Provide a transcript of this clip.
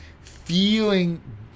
feeling